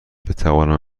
بتوانم